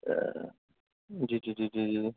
جی جی جی جی